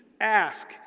ask